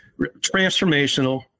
transformational